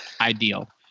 ideal